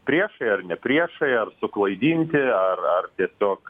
priešai ar ne priešai ar suklaidinti ar ar tiesiog